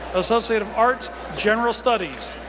associate of arts, general studies.